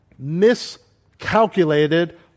miscalculated